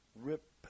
rip